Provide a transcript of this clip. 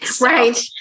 Right